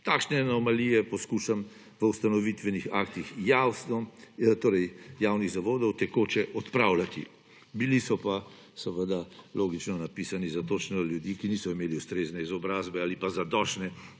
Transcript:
Takšne anomalije poskušam po ustanovitvenih aktih javnih zavodov tekoče odpravljati. Bili so pa, logično, napisati za točno tiste ljudi, ki niso imeli ustrezne izobrazbe ali pa zadostne